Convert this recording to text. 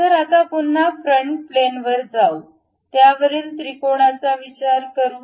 तर आता पुन्हा फ्रंट प्लॅन बर जाऊ त्यावरील त्रिकोणाचा विचार करू